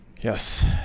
Yes